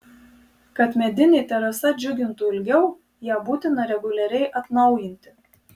kad medinė terasa džiugintų ilgiau ją būtina reguliariai atnaujinti